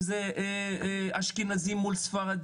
אם זה אשכנזים מול ספרדים